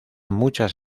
muchas